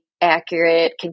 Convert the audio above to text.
accurate